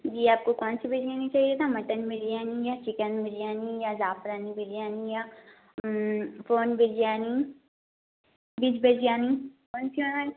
جی آپ کو کون سی بریانی چاہیے تھا مٹن بریانی ہے چکن بریانی یا زعفرانی بریانی یا فون بریانی ویج بریانی کون سی آنا ہے